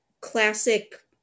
classic